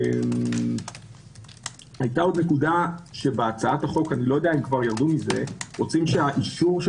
היתה עוד נקודה שבהצעת החוק רוצים שהאישור של